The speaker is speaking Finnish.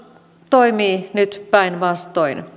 toimii nyt päinvastoin